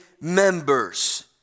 members